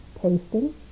tasting